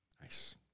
Nice